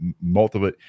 multiple